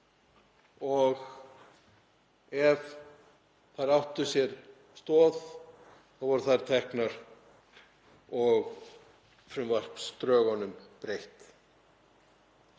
og ef þær áttu sér stoð voru þær teknar inn og frumvarpsdrögunum breytt.